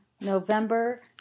November